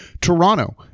Toronto